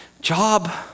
job